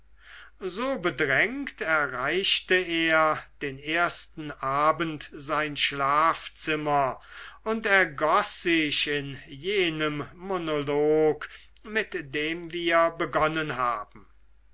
so bedrängt erreichte er den ersten abend sein schlafzimmer und ergoß sich in jenem monolog mit dem wir begonnen haben